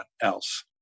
else